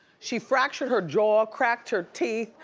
she fractured her jaw, cracked her teeth,